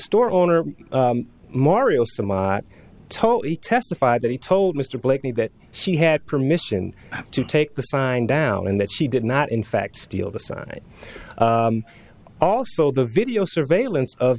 store owner mario tolly testified that he told mr blakeney that she had permission to take the sign down and that she did not in fact steal the sun also the video surveillance of